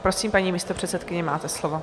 Tak prosím, paní místopředsedkyně, máte slovo.